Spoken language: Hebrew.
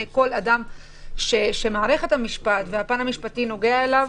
כל אדם שמערכת המשפט והפן המשפטי נוגע בו,